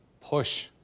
push